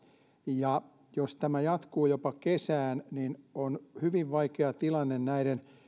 ja jos tämä jatkuu jopa kesään niin on hyvin vaikea tilanne näiden